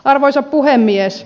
arvoisa puhemies